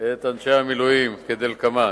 את אנשי המילואים כדלקמן: